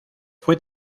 fue